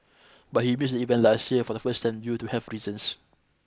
but he missed event last year for the first time due to health reasons